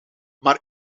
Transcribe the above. maar